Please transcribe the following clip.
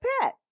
pet